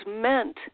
meant